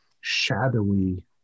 shadowy